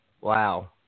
Wow